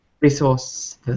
resource